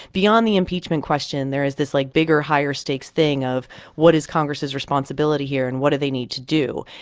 beyond the impeachment question, there is this, like, bigger higher stakes thing of what is congress' responsibility here, and what do they need to do?